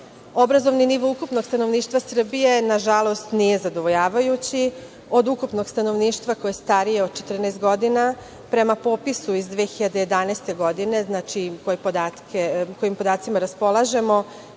88,7%.Obrazovni nivo ukupnog stanovništva Srbije, nažalost, nije zadovolja-vajući. Od ukupnog stanovništva koje je starije od 14 godina, prema popisu iz 2011. godine, podacima kojima raspolažemo,